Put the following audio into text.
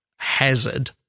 hazard